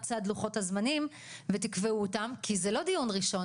צד לוחות הזמנים ותקבעו אותם כי זה לא דיון ראשון,